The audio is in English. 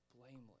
blameless